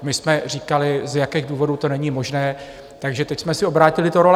My jsme říkali, z jakých důvodů to není možné, takže teď jsme si obrátili ty role.